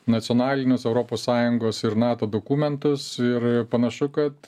nacionalinius europos sąjungos ir nato dokumentus ir panašu kad